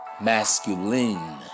masculine